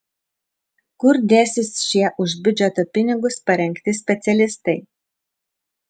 kur dėsis šie už biudžeto pinigus parengti specialistai